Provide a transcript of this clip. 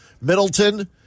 Middleton